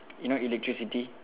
you know electricity